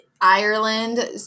Ireland